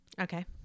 Okay